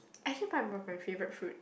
I think pineapple my favourite food